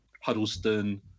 Huddleston